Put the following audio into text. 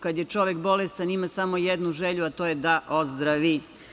Kada je čovek bolestan ima samo jednu želju, a to je da ozdravi.